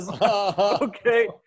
okay